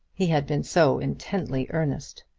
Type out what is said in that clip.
he had been so intently earnest!